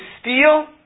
steal